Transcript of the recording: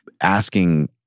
asking